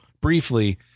briefly